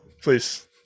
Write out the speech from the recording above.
please